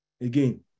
Again